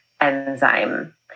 enzyme